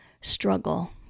struggle